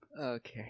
Okay